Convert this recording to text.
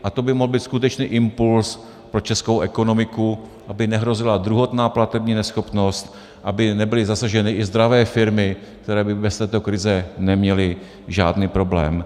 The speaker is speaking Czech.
A to by mohl být skutečný impuls pro českou ekonomiku, aby nehrozila druhotná platební neschopnost, aby nebyly zasaženy i zdravé firmy, které by bez této krize neměly žádný problém.